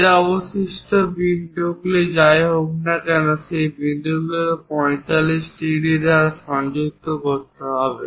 এই অবশিষ্ট বিন্দুগুলি যাই হোক না কেন সেই বিন্দুগুলিকে 45 ডিগ্রী দ্বারা সংযুক্ত করতে হবে